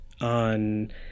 on